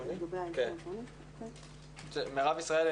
מירב ישראלי,